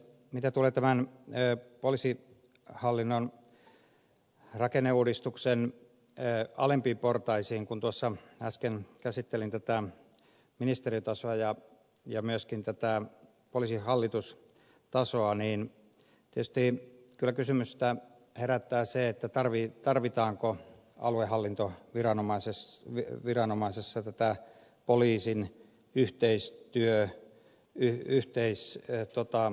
mitä tulee poliisihallinnon rakenneuudistuksen alempiin portaisiin kun äsken käsittelin ministeritasoa ja myöskin poliisihallituksen tasoa niin tietysti kyllä kysymystä herättää se tarvitaanko aluehallintoviranomaisessa poliisin yhteistyö yhteisrtotaan